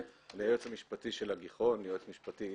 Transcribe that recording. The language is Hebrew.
אני היועץ המשפטי של "הגיחון", יועץ משפטי